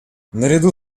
наряду